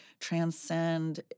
transcend